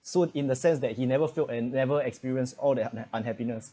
so in the sense that he never failed and never experienced all that unha~ unhappiness